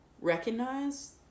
recognize